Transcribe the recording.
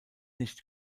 nicht